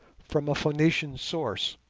from a phoenician source,